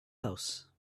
house